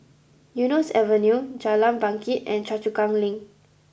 Eunos Avenue Jalan Bangket and Choa Chu Kang Link